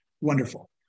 wonderful